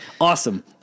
awesome